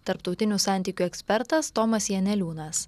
tarptautinių santykių ekspertas tomas janeliūnas